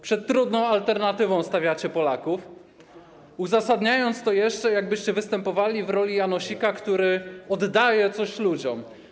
Przed trudną alternatywą stawiacie Polaków, uzasadniacie to jeszcze w taki sposób, jak byście występowali w roli Janosika, który oddaje coś ludziom.